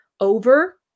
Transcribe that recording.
over